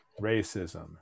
racism